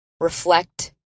reflect